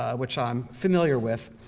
ah which i'm familiar with,